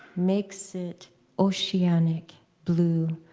makes it oceanic blue,